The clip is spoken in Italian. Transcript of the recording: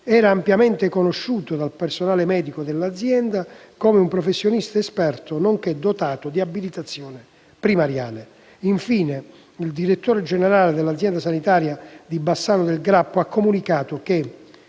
era ampiamente conosciuto dal personale medico dell'azienda come un professionista esperto nonché dotato di abilitazione primariale (...)». Infine, il direttore generale dell'azienda sanitaria di Bassano del Grappa ha comunicato che